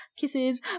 kisses